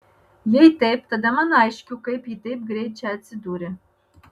jei taip tada man aišku kaip ji taip greit čia atsidūrė